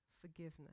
forgiveness